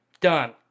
Done